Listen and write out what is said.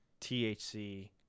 THC